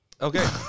Okay